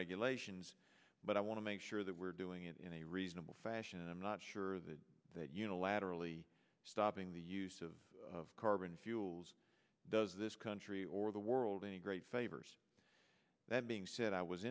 regulations but i want to make sure that we're doing it in a reasonable fashion and i'm not sure that that unilaterally stopping the use of carbon fuels does this country or the world any great favors that being said i was